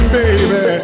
baby